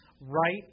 right